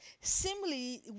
Similarly